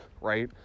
right